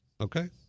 okay